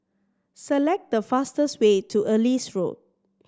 select the fastest way to Ellis Road